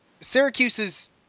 Syracuse's